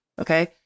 Okay